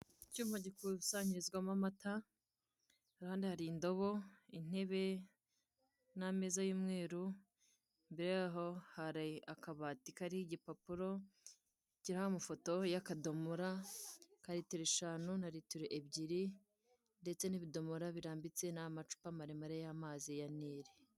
Icyuma gikusanyirizwamo amata iruhande hari indobo, intebe n'ameza y'umweru, imbere yaho hari akabati kariho igipapuro kiriho amafoto y'akadomora ka ritiro eshanu na ritiro ebyiri ndetse n'ibidomora birambitse n'amacupa maremare y'amazi ya nile.